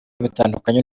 bitandukanye